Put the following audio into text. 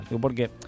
Porque